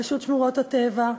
רשות שמורות הטבע,